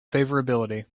favorability